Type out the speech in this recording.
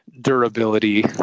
durability